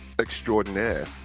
extraordinaire